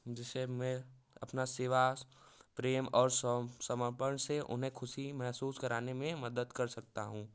जिसे मैं अपना सेवा प्रेम और समर्पण से उन्हें खुशी महसूस कराने में मदद कर सकता हूँ